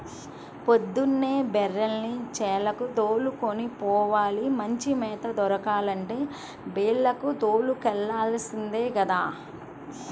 పొద్దున్నే బర్రెల్ని చేలకి దోలుకొని పోవాల, మంచి మేత దొరకాలంటే బీల్లకు తోలుకెల్లాల్సిందే గదా